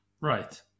Right